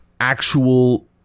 actual